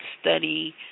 study